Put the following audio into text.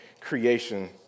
creation